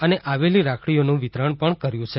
અને આવેલી રાખડીઓનું વિતરણ પણ કર્યું છે